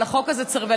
אבל החוק הזה צריך,